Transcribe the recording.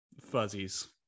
fuzzies